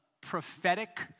prophetic